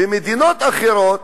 במדינות אחרות,